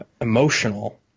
emotional